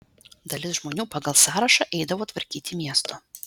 dalis žmonių pagal sąrašą eidavo tvarkyti miesto